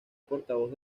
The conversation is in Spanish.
portavoz